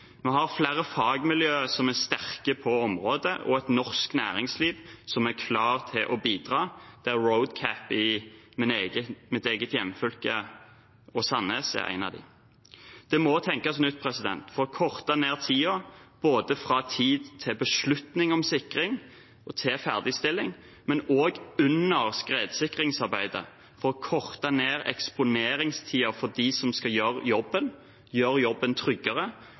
Vi har flere fagmiljøer som er sterke på området, og et norsk næringsliv som er klar til å bidra, der RoadCap i mitt eget hjemfylke og i Sandnes er et av dem. Det må tenkes nytt for å korte ned tiden fra beslutning om sikring til ferdigstilling, men også under skredsikringsarbeidet for å korte ned eksponeringstiden for dem som skal gjøre jobben – for at de skal gjøre jobben tryggere